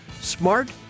smart